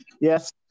Yes